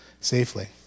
safely